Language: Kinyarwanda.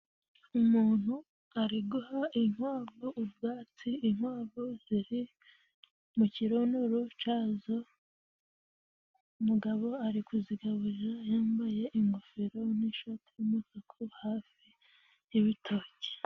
Umuntu ari guha inkwavu ubwatsi, inkwavu ziri mu kironoro cazo, umugabo ari kuzigaburira yambaye ingofero n'ishati y'umutuku hafi y'ibitoki.